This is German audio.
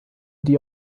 die